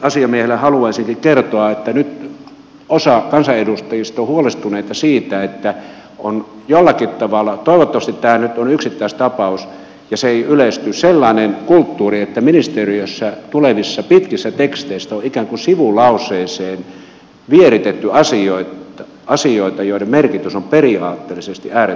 oikeusasiamiehelle haluaisinkin kertoa että nyt osa kansanedustajista on huolestuneita siitä että on jollakin tavalla toivottavasti tämä nyt on yksittäistapaus ja se ei yleisty sellainen kulttuuri että ministeriöstä tulevissa pitkissä teksteissä on ikään kuin sivulauseeseen vieritetty asioita joiden merkitys on periaatteellisesti äärettömän suuri